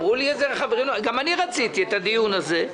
גם אני רציתי את הדיון הזה.